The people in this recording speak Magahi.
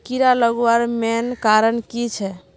कीड़ा लगवार मेन कारण की छे?